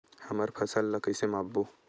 हमन फसल ला कइसे माप बो?